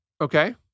okay